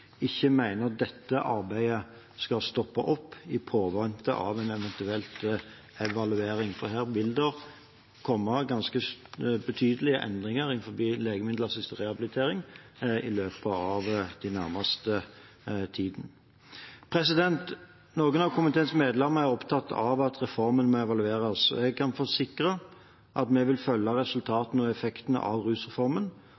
ikke mener at dette arbeidet skal stoppe opp i påvente av en eventuell evaluering, for det vil komme ganske betydelige endringer innenfor legemiddelassistert rehabilitering i løpet av den nærmeste tiden. Noen av komiteens medlemmer er opptatt av at reformen må evalueres. Jeg kan forsikre om at vi vil følge